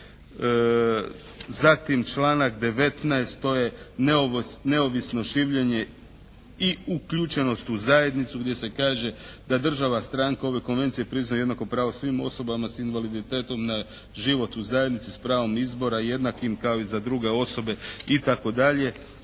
Zatim članak 19. to je neovisno življenje i uključenost u zajednicu gdje se kaže da država stranka ove Konvencije priznaje jednako pravo svim osobama s invaliditetom na život u zajednici s pravom izbora jednakim kao i za druge osobe itd.